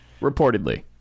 Reportedly